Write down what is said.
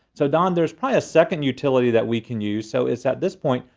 so don, there's probably a second utility that we can use. so it's at this point,